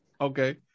Okay